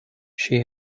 she